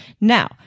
Now